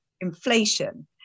inflation